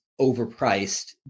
overpriced